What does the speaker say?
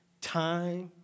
time